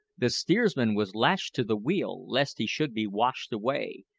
the steersman was lashed to the wheel lest he should be washed away,